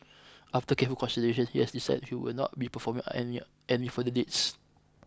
after careful consideration he has decided he will not be performing any any further dates